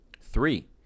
Three